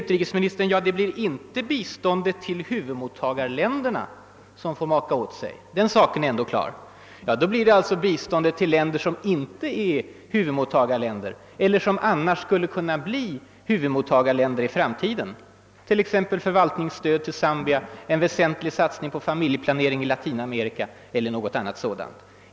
Utrikesministern förklarar att det inte blir biståndet till huvudmottagarländerna, som får maka åt sig; den saken är klar. Då blir det alltså biståndet till länder som inte är huvudmottagarländer eller som annars skulle kunna bli det i framtiden; det kan t.ex. gälla förvaltningsstöd till Zambia eller en väsentlig satsning på familjeplanering till Latinamerika.